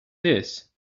his